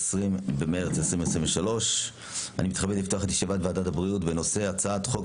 20 במרס 2023 ואני מתכבד לפתוח את ישיבת ועדת הבריאות בנושא הצעת חוק